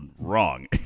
wrong